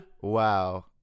Wow